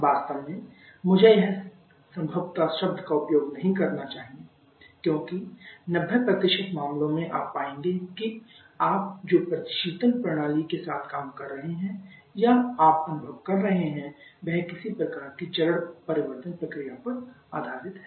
वास्तव में मुझे संभवतः शब्द का उपयोग नहीं करना चाहिए क्योंकि 90 मामलों में आप पाएंगे कि आप जो प्रशीतन प्रणाली के साथ काम कर रहे हैं या आप अनुभव कर रहे हैं वह किसी प्रकार की चरण परिवर्तन प्रक्रिया पर आधारित है